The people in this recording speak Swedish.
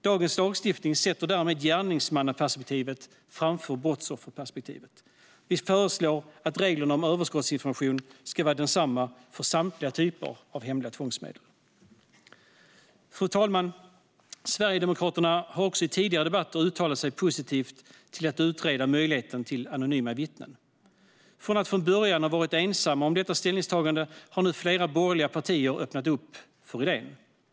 Dagens lagstiftning sätter därmed gärningsmannaperspektivet framför brottsofferperspektivet. Vi föreslår att reglerna om överskottsinformation ska vara desamma för samtliga typer av hemliga tvångsmedel. Fru talman! Sverigedemokraterna har också i tidigare debatter uttalat sig positivt till att utreda möjligheten till anonyma vittnen. Från att från början ha varit ensamma om detta ställningstagande har nu flera borgerliga partier öppnat upp för idén.